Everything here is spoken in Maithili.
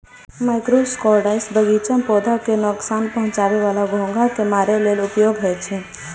मोलस्कसाइड्स बगीचा मे पौधा कें नोकसान पहुंचाबै बला घोंघा कें मारै लेल उपयोग होइ छै